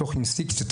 מתוך אינסטינקט,